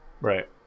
Right